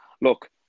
look